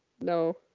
No